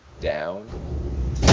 down